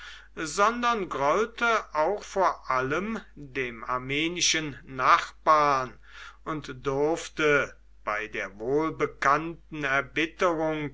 sondern grollte auch vor allem dem armenischen nachbarn und durfte bei der wohlbekannten erbitterung